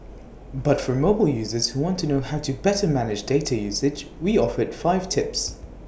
but for mobile users who want to know how to better manage data usage we offered five tips